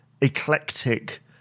eclectic